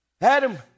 Adam